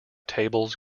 tables